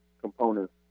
components